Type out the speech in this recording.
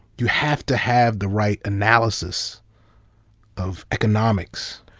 you have to have the right analysis of economics.